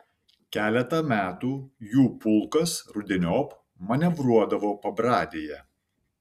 keletą metų jų pulkas rudeniop manevruodavo pabradėje